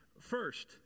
First